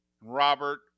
Robert